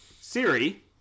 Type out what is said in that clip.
Siri